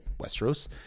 Westeros